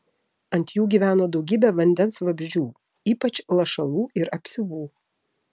ant jų gyveno daugybė vandens vabzdžių ypač lašalų ir apsiuvų